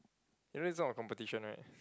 you know it's not a competition right